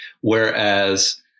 Whereas